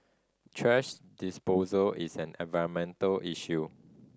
thrash disposal is an environmental issue